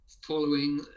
following